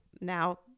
Now